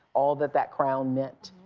all that that crown meant?